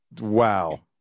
wow